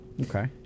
Okay